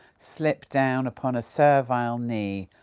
slip down upon a servile knee,